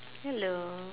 hello